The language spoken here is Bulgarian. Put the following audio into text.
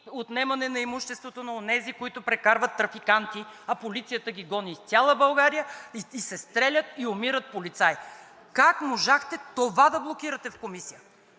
отнемане на имуществото на онези, които прекарват трафиканти, а полицията ги гони из цяла България и се стрелят, и умират полицаи? Как можахте това да блокирате в Комисията?